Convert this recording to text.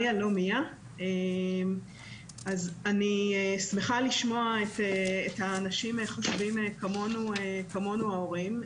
אני שמחה לשמוע את האנשים חושבים כמונו ההורים.